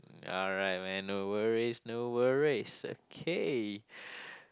alright man no worries no worries okay